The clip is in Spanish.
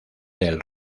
del